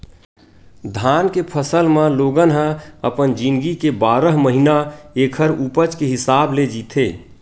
धान के फसल म लोगन ह अपन जिनगी के बारह महिना ऐखर उपज के हिसाब ले जीथे